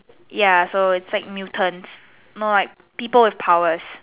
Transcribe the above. ya so it's like mutants more like people with powers